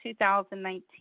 2019